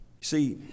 See